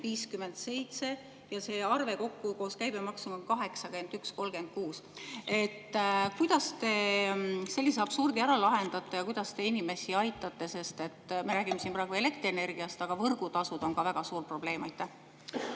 64.57 ja see arve kokku koos käibemaksuga on 81.36. Kuidas te sellise absurdi ära lahendate? Kuidas te inimesi aitate? Me räägime siin praegu elektrienergiast, aga võrgutasud on ka väga suur probleem. Aitäh,